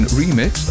remix